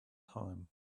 time